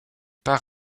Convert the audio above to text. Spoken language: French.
part